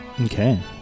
Okay